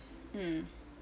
um